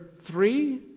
three